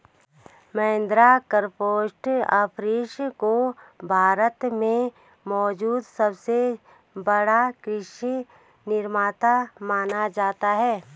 Mahindra corporate office को भारत में मौजूद सबसे बड़ा कृषि निर्माता माना जाता है